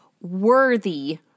worthy